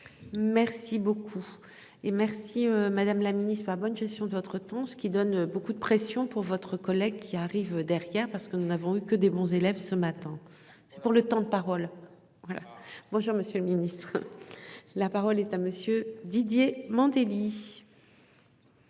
Merci beaucoup et merci madame la ministre a bonne gestion de votre temps, ce qui donne beaucoup de pression pour votre collègue qui arrivent derrière parce que nous n'avons eu que des bons élèves ce matin. C'est pour le temps de parole. Voilà. Bonjour monsieur le Ministre. La parole est à monsieur Didier Mandelli.